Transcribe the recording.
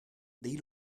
dei